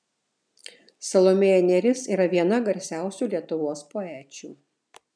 salomėja nėris yra viena garsiausių lietuvos poečių